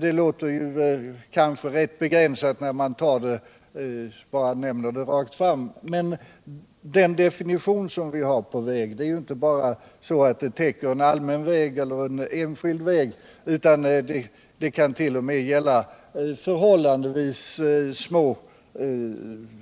Det låter kanske rätt begränsat när man bara nämner det rakt fram. Men den definition vi har på ”väg” täcker ju inte bara en allmän väg eller en enskild väg, utan det kan t.o.m. under vissa omständigheter gälla förhållandevis små